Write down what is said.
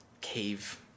cave